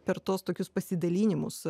per tuos tokius pasidalinimus